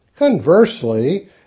Conversely